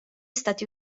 stati